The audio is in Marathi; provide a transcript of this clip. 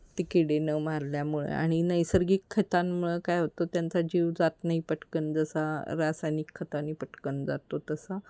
ते किडे नं मारल्यामुळे आणि नैसर्गिक खतांमुळं काय होतं त्यांचा जीव जात नाही पटकन जसा रासायनिक खतानी पटकन जातो तसा